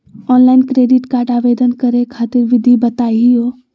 Online credit card आवेदन करे खातिर विधि बताही हो?